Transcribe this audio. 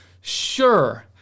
sure